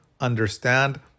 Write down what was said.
understand